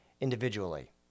individually